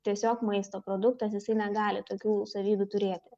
tiesiog maisto produktas jisai negali tokių savybių turėti